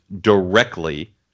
directly